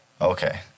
Okay